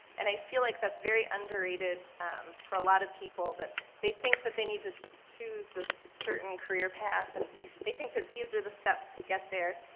and i feel like that's very underrated for a lot of people. that they think that they need to choose this certain career path and they think that these are the steps to get there.